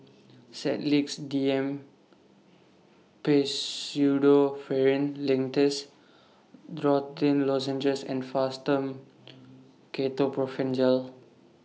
Sedilix D M Pseudoephrine Linctus Dorithricin Lozenges and Fastum Ketoprofen Gel